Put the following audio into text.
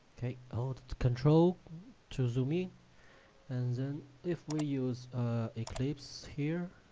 okay, i'll control to zoom in and then if we use eclipse here